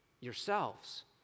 yourselves